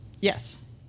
Yes